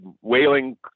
whaling